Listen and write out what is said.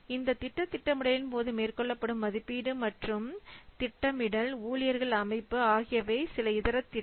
இந்த திட்ட திட்டமிடலின் போது மேற்கொள்ளப்படும் மதிப்பீடு மற்றும் திட்டமிடல் ஊழியர்கள் அமைப்பு ஆகியவை சில இதர திட்டங்கள்